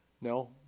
No